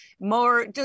more